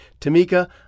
Tamika